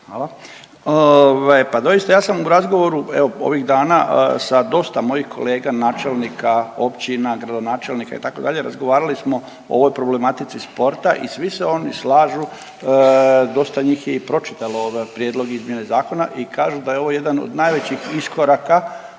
Hvala. Pa doista, ja sam u razgovoru, evo, ovih dana sa dosta mojih kolega načelnika općina, gradonačelnika, itd., razgovarali smo o ovoj problematici sporta i svi se oni slažu, dosta njih je i pročitalo ovaj Prijedlog izmjene zakona i kažu da je ovo jedan od najvećih iskoraka